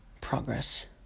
progress